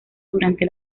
durante